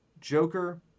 joker